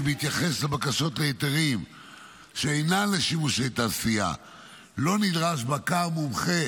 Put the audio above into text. כי בהתייחס לבקשות להיתרים שאינן לשימושי תעשייה לא נדרש בקר מומחה